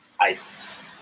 Ice